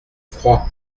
froid